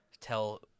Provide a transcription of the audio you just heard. tell